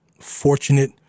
fortunate